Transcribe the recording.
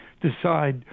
decide